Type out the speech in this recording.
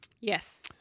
Yes